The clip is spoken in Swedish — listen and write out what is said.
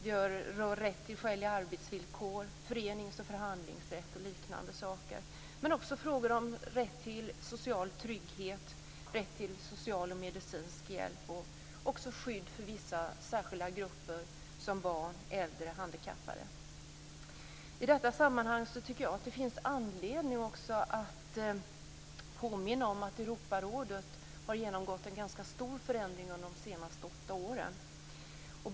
Det rör rätt till skäliga arbetsvillkor, förenings och förhandlingsrätt och liknande saker, men också frågor om rätt till social trygghet, rätt till social och medicinsk hjälp och även skydd för vissa särskilda grupper som barn, äldre och handikappade. I detta sammanhang tycker jag att det också finns anledning att påminna om att Europarådet har genomgått en ganska stor förändring under de senaste åtta åren.